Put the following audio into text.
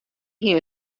hie